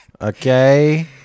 Okay